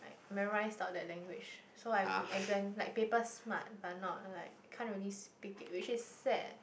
I memorise down that language so I'm exam like paper smart but not like can't really speak it which is sad